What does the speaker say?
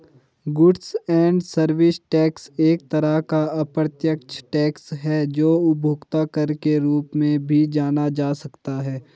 goods and service tax एक तरह का अप्रत्यक्ष टैक्स है जो उपभोक्ता कर के रूप में भी जाना जा सकता है